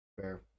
Fair